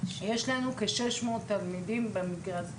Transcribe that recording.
ישבנו עם טירה והחלטנו: